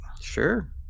Sure